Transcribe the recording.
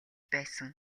байсан